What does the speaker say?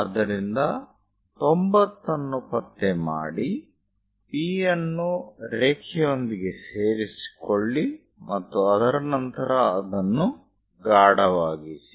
ಆದ್ದರಿಂದ 90 ಅನ್ನು ಪತ್ತೆ ಮಾಡಿ P ಅನ್ನು ರೇಖೆಯೊಂದಿಗೆ ಸೇರಿಸಿಕೊಳ್ಳಿ ಮತ್ತು ಅದರ ನಂತರ ಅದನ್ನು ಗಾಢವಾಗಿಸಿ